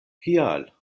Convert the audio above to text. kial